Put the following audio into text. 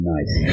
Nice